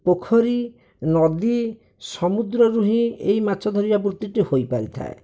ପୋଖରୀ ନଦୀ ସମୁଦ୍ରରୁ ହିଁ ଏହି ମାଛ ଧରିବା ବୃତ୍ତିଟି ହୋଇ ପାରିଥାଏ